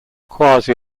quasi